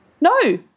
No